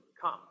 come